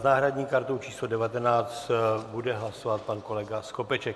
S náhradní kartou č. 19 bude hlasovat pan kolega Skopeček.